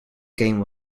game